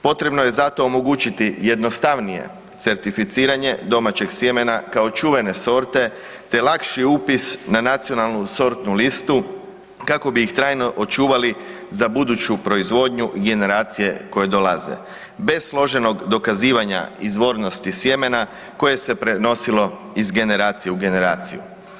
Potrebno je zato omogućiti jednostavnije certificiranje domaćeg sjemena kao čuvene sorte te lakši upis na nacionalnu sortnu listu kako bi ih trajno očuvali za buduću proizvodnju generacije koje dolaze, bez složenog dokazivanja izvornosti sjemena koje se prenosilo iz generacije u generaciju.